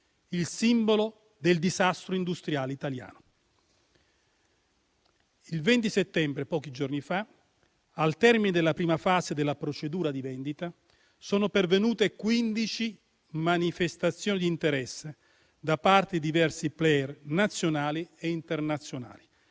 il simbolo del disastro industriale italiano. Il 20 settembre, pochi giorni fa, al termine della prima fase della procedura di vendita, sono pervenute quindici manifestazioni di interesse da parte di diversi *player* nazionali e internazionali: